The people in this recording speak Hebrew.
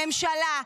הממשלה?